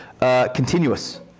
continuous